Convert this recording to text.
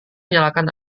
nyalakan